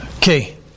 Okay